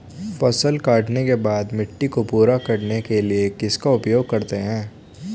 फसल काटने के बाद मिट्टी को पूरा करने के लिए किसका उपयोग करते हैं?